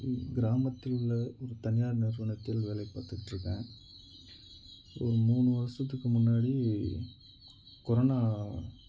கிராமத்தில் உள்ள ஒரு தனியார் நிறுவனத்தில் வேலை பார்த்துகிட்டு இருக்கேன் ஒரு மூணு வருஷத்துக்கு முன்னாடி கொரோனா